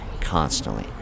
constantly